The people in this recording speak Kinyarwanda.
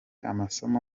amasomo